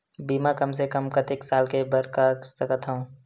बीमा कम से कम कतेक साल के बर कर सकत हव?